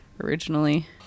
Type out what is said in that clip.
originally